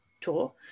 tour